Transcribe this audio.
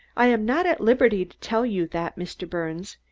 i am not at liberty to tell you that, mr. birnes,